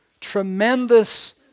tremendous